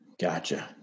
Gotcha